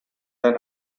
than